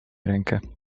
rękę